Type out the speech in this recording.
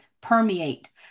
permeate